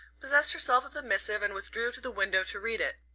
possessed herself of the missive and withdrew to the window to read it.